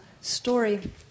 story